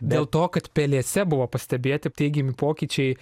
dėl to kad pelėse buvo pastebėti teigiami pokyčiai